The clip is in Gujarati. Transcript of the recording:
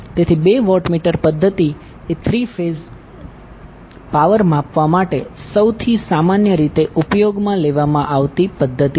તેથી બે વોટમીટર પધ્ધતિ એ થ્રી ફેઝ પાવર માપવા માટે સૌથી સામાન્ય રીતે ઉપયોગમાં લેવામાં આવતી પધ્ધતિ છે